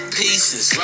pieces